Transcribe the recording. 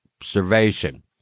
observation